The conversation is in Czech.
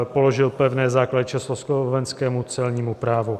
Položil pevné základy československému celnímu právu.